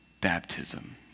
baptism